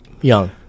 Young